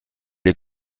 est